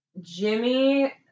Jimmy